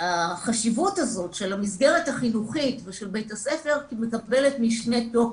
והחשיבות הזאת של המסגרת החינוכית ושל בית הספר מקבלת משנה תוקף.